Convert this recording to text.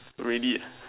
really